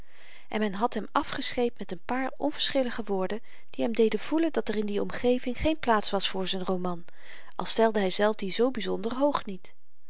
en men had hem afgescheept met n paar onverschillige woorden die hem deden voelen dat er in die omgeving geen plaats was voor z'n roman al stelde hyzelf die zoo byzonder hoog niet